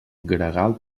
gregal